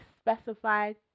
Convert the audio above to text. specified